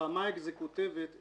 ברמה האקזקוטיבית,